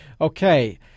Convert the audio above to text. Okay